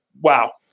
Wow